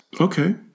Okay